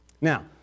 Now